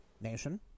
Nation